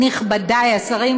נכבדי השרים,